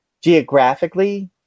geographically